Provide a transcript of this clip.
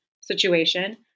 situation